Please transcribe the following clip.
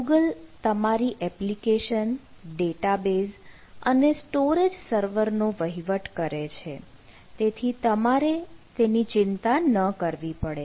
Google તમારી application database અને storage સર્વરનો વહીવટ કરે છે તેથી તમારે તેની ચિંતા ન કરવી પડે